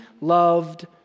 loved